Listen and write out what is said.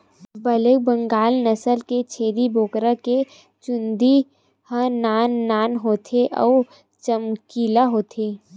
black Bengal नसल के छेरी बोकरा के चूंदी ह नान नान होथे अउ चमकीला होथे